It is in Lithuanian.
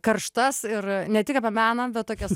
karštas ir ne tik apie meną bet tokias